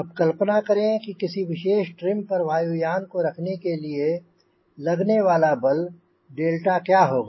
अब कल्पना करें कि किसी विशेष ट्रिम पर वायुयान को रखने के लिए लगने वाला बल डेल्टा क्या होगा